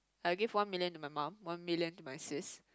I'll give one million to my mum one million to my sis